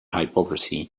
hypocrisy